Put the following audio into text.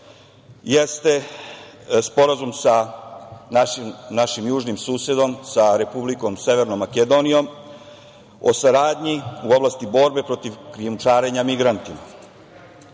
jeste Sporazum sa našim južnim susedom Severnom Makedonijom, o saradnji u oblasti borbe protiv krijumčarenja migranata.